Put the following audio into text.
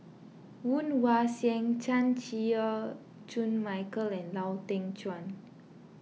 Woon Wah Siang Chan Chew Koon Michael and Lau Teng Chuan